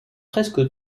presque